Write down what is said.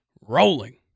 rolling